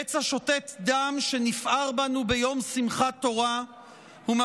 פצע שותת דם שנפער בנו ביום שמחת תורה וממשיך